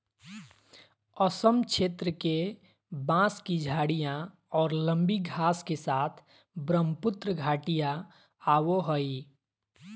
असम क्षेत्र के, बांस की झाडियाँ और लंबी घास के साथ ब्रहमपुत्र घाटियाँ आवो हइ